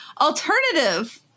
alternative